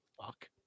Fuck